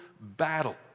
battle